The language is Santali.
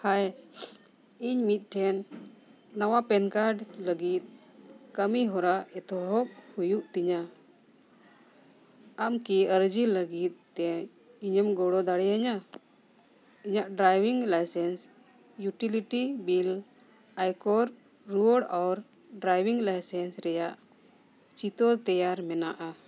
ᱦᱟᱭ ᱤᱧ ᱢᱤᱫᱴᱮᱱ ᱱᱟᱣᱟ ᱯᱮᱱ ᱠᱟᱨᱰ ᱞᱟᱹᱜᱤᱫ ᱠᱟᱹᱢᱤᱦᱚᱨᱟ ᱮᱛᱚᱦᱚᱵ ᱦᱩᱭᱩᱜ ᱛᱤᱧᱟ ᱟᱢ ᱠᱤ ᱟᱨᱡᱤ ᱞᱟᱹᱜᱤᱫ ᱛᱮ ᱤᱧᱮᱢ ᱜᱚᱲᱚ ᱫᱟᱲᱮᱭᱤᱧᱟ ᱤᱧᱟᱹᱜ ᱰᱨᱟᱭᱵᱷᱤᱝ ᱞᱟᱭᱥᱮᱱᱥ ᱤᱭᱩᱴᱤᱞᱤᱴᱤ ᱵᱤᱞ ᱟᱭᱠᱚᱱ ᱨᱩᱣᱟᱹᱲ ᱟᱨ ᱰᱨᱟᱭᱵᱷᱤᱝ ᱞᱟᱭᱥᱮᱱᱥ ᱨᱮᱭᱟᱜ ᱪᱤᱛᱟᱹᱨ ᱛᱮᱭᱟᱨ ᱢᱮᱱᱟᱜᱼᱟ